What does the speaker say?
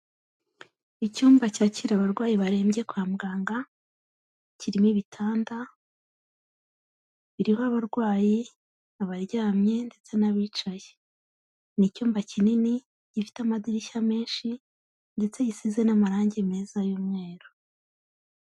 Icyumba cyakira abarwayi barembye kwa muganga kirimo ibitanda biriho abarwayi abaryamye ndetse n'abicaye. Ni icyumba kinini gifite amadirishya menshi ndetse gisize n'amarangi meza y'umweru.